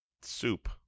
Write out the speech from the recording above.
Soup